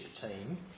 team